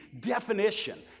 definition